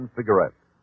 Cigarettes